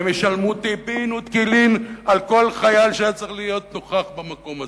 והם ישלמו טבין ותקילין על כל חייל שהיה צריך להיות נוכח במקום הזה.